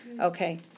Okay